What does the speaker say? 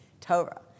Torah